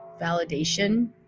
validation